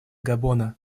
габона